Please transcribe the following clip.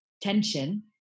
tension